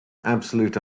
absolute